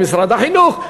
למשרד החינוך.